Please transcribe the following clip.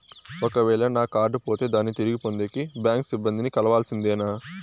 ఒక వేల నా కార్డు పోతే దాన్ని తిరిగి పొందేకి, బ్యాంకు సిబ్బంది ని కలవాల్సిందేనా?